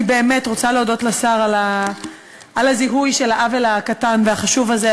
אני באמת רוצה להודות לשר על זיהוי העוול הקטן והחשוב הזה,